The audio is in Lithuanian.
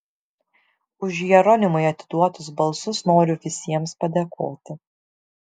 už jeronimui atiduotus balsus noriu visiems padėkoti